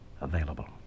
available